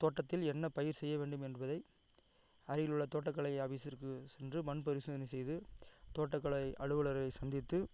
தோட்டத்தில் என்ன பயிர் செய்ய வேண்டும் என்பதை அருகிலுள்ள தோட்டக்கலை ஆஃபீஸிற்கு சென்று மண் பரிசோதனை செய்து தோட்டக்கலை அலுவலரை சந்தித்து